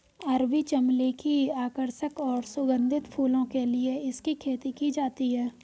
अरबी चमली की आकर्षक और सुगंधित फूलों के लिए इसकी खेती की जाती है